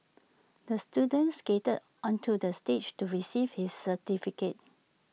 the student skated onto the stage to receive his certificate